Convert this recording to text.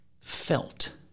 felt